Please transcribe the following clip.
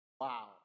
Wow